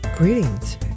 Greetings